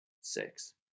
Six